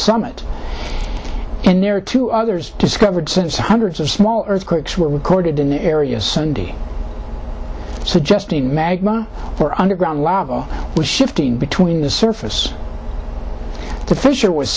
summit and there are two others discovered since hundreds of small earthquakes were recorded in the area sunday suggesting magma or underground lava was shifting between the surface to fissure was